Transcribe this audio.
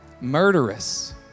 Murderous